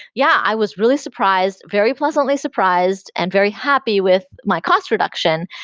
yeah! i was really surprised, very pleasantly surprised and very happy with my cost reduction,